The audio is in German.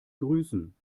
grüßen